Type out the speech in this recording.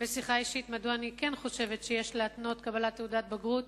בשיחה אישית מדוע אני חושבת שאכן יש להתנות קבלת תעודת בגרות